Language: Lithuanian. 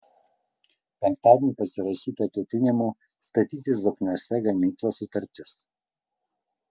penktadienį pasirašyta ketinimų statyti zokniuose gamyklą sutartis